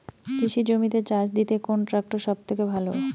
কৃষি জমিতে চাষ দিতে কোন ট্রাক্টর সবথেকে ভালো?